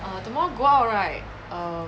err tomorrow go out right